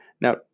Now